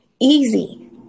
easy